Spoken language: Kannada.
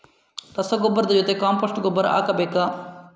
ರಸಗೊಬ್ಬರದ ಜೊತೆ ಕಾಂಪೋಸ್ಟ್ ಗೊಬ್ಬರ ಹಾಕಬೇಕಾ?